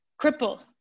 cripple